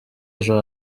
ejo